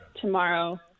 Tomorrow